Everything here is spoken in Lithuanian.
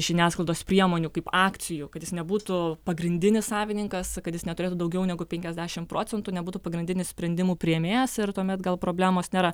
žiniasklaidos priemonių kaip akcijų kad jis nebūtų pagrindinis savininkas kad jis neturėtų daugiau negu penkiasdešim procentų nebūtų pagrindinis sprendimų priėmėjas ir tuomet gal problemos nėra